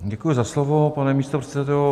Děkuji za slovo, pane místopředsedo.